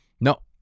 No